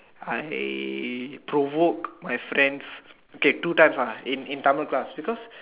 I provoke my friend's K two times lah in in Tamil class because